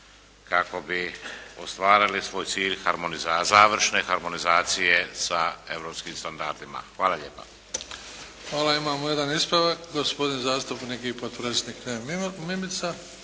kako bi ostvarili svoj cilj završne harmonizacije sa europskim standardima. Hvala lijepa. **Bebić, Luka (HDZ)** Hvala. Imamo jedan ispravak gospodin zastupnik … /Govornik se